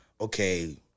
okay